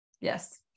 Yes